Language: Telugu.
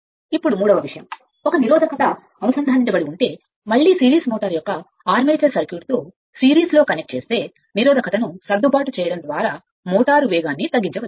ఇప్పుడు సంఖ్య 3 ఒక నిరోధకత అనుసంధానించబడి ఉంటే మళ్ళీ సిరీస్ మోటారును ఆర్మేచర్ సర్క్యూట్తో సిరీస్లో కనెక్ట్ చేస్తే నిరోధకతను సర్దుబాటు చేయడం ద్వారా మోటారు వేగాన్ని తగ్గించవచ్చు